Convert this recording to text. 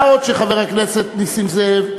מה עוד, חבר הכנסת נסים זאב,